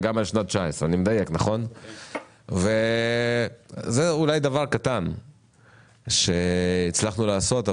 גם על שנת 2019. זה אולי נראה דבר קטן שהצלחנו לעשות,